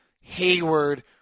Hayward